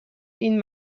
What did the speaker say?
این